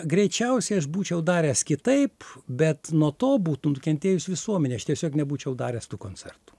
greičiausiai aš būčiau daręs kitaip bet nuo to būtų nukentėjus visuomenė aš tiesiog nebūčiau daręs tų koncertų